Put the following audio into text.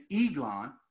Eglon